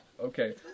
Okay